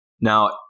Now